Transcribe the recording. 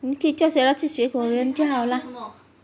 你可以叫 sarah 去学就好啦